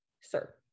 sir